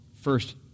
first